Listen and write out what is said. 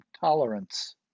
tolerance